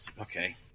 okay